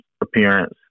appearance